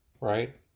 right